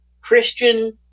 Christian